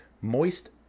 moist